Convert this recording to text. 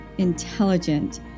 intelligent